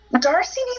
Darcy